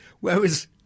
Whereas